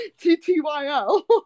T-T-Y-L